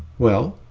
well,